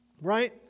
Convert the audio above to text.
right